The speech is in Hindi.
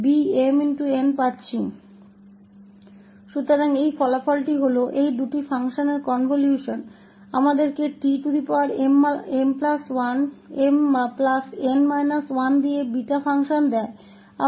तो इस परिणाम के साथ कि इन दो फंक्शन्स का संकल्प हमें इस tmn 1 के साथ बीटा फ़ंक्शन देता है